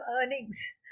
earnings